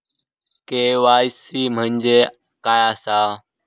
KYC म्हणजे काय आसा?